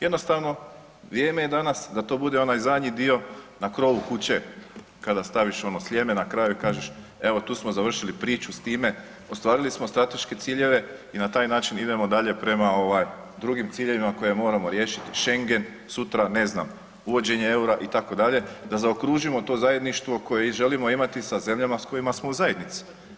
Jednostavno, vrijeme je danas da to bude onaj zadnji dio na krovu kuće kada staviš ono ... na kraju i kažeš, evo tu smo završili priču s time, ostvarili smo strateške ciljeve i na taj način idemo dalje prema ovaj, drugim ciljevima koje moramo riješiti, Schengen, sutra, ne znam, uvođenje eura, itd., da zaokružimo to zajedništvo koje želimo imati sa zemljama s kojima smo u zajednici.